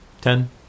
Ten